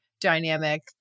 dynamic